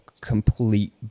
complete